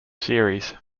series